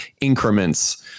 increments